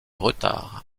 retard